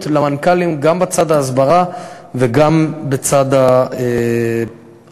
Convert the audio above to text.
למנכ"לים גם בצד ההסברה וגם בצד האכיפתי.